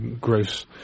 gross